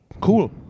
Cool